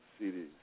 CDs